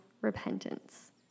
repentance